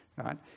right